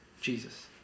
Jesus